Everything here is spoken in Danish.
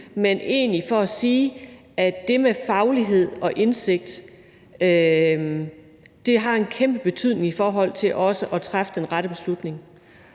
er egentlig for at sige, at det med faglighed og indsigt har en kæmpe betydning i forhold til også at træffe den rette beslutning.